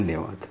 धन्यवाद